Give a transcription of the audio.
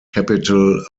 capital